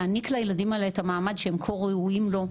להעניק לילדים האלה את המעמד שהם כה ראויים לו,